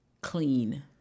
clean